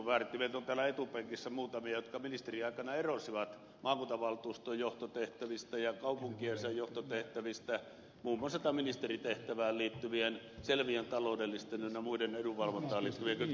meitä on täällä etupenkissä muutamia jotka ministeriaikana erosivat maakuntavaltuuston johtotehtävistä ja kaupunkiensa johtotehtävistä muun muassa ministeritehtävään liittyvien selvien taloudellisten ynnä muiden edunvalvontaan liittyvien kytkentöjen takia